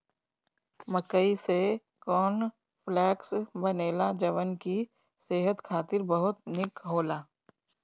मकई से corn flakes बनेला जवन की सेहत खातिर बहुते निक होला